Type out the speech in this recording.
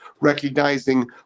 recognizing